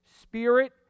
spirit